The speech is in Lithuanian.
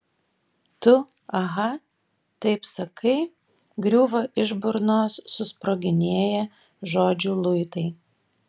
tu aha taip sakai griūva iš burnos susproginėję žodžių luitai